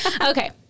Okay